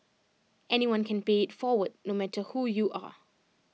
anyone can pay IT forward no matter who you are